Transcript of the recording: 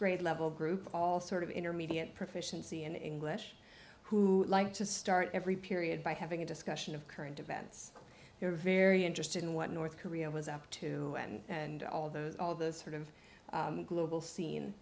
grade level group of all sort of intermediate proficiency in english who like to start every period by having a discussion of current events they were very interested in what north korea was up to and all those all the sort of global scene